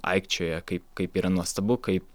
aikčioja kaip kaip yra nuostabu kaip